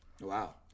Wow